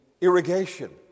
irrigation